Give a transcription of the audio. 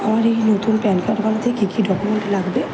আমার এই নতুন প্যান কার্ড বানাতে কী কী ডকুমেন্ট লাগবে